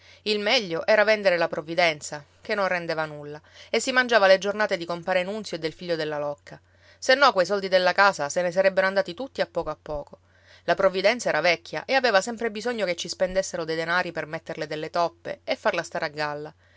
il meglio era vendere la provvidenza che non rendeva nulla e si mangiava le giornate di compare nunzio e del figlio della locca se no quei soldi della casa se ne sarebbero andati tutti a poco a poco la provvidenza era vecchia e aveva sempre bisogno che ci spendessero dei denari per metterle delle toppe e farla stare a galla